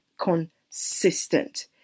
consistent